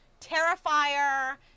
terrifier